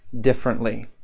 differently